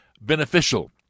beneficial